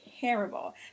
terrible